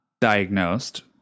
diagnosed